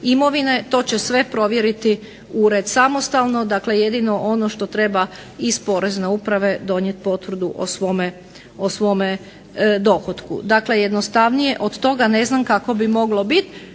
imovine, to će sve provjeriti ured samostalno, dakle jedino ono što treba iz porezne uprave donijeti potvrdu o svome dohotku. Dakle jednostavnije od toga ne znam kako bi moglo biti,